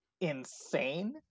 insane